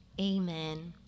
amen